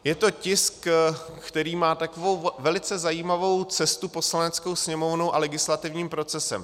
Je to tisk, který má velice zajímavou cestu Poslaneckou sněmovnou a legislativním procesem.